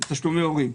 זה תשלומי הורים,